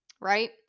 Right